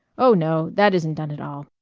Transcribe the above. oh, no, that isn't done at all.